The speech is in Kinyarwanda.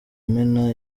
imena